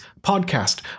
podcast